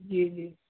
جی جی